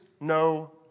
no